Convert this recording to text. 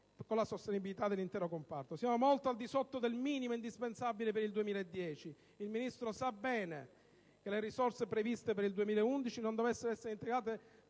con la sostenibilità dell'intero comparto. Siamo molto al di sotto del minimo indispensabile per il 2010. Il Ministro sa bene che, se le risorse previste per il 2011 non dovessero essere reintegrate,